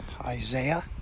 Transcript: Isaiah